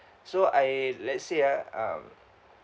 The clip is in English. so I let say ah um